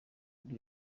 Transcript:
kuri